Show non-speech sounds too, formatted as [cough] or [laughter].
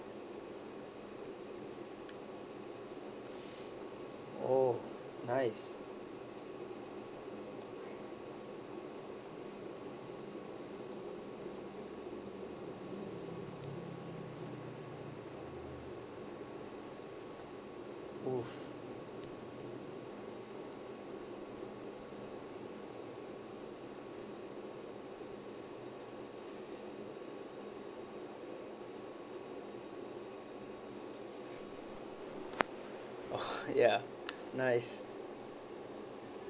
oh nice !woo! [laughs] ya nice